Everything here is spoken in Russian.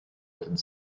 этот